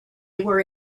were